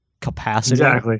capacity